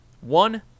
one